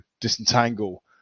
disentangle